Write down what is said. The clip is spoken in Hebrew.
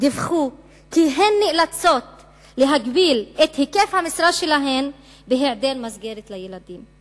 דיווחו כי הן נאלצות להגביל את היקף המשרה שלהן בהעדר מסגרת לילדים.